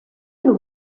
nhw